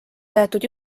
jäetud